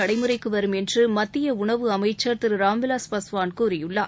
நடைமுறைக்கு வரும் என்று மத்திய உணவு அமைச்சா் திரு ராம்விலாஸ் பாஸ்வான் கூறியுள்ளார்